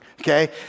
Okay